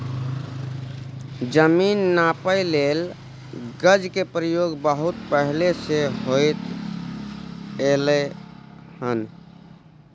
जमीन नापइ लेल गज के प्रयोग बहुत पहले से होइत एलै हन